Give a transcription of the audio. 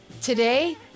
Today